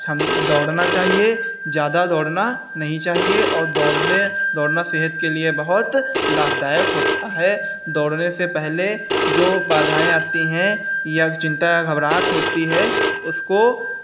क्षम दौड़ना चाहिए ज़्यादा दौड़ना नहीं चाहिए और दौड़ने दौड़ना सेहत के लिए बहुत लाभदायक होता है दौड़ने से पहले जो बाधाएँ आती हैं या चिंता या घबराहट होती है उसको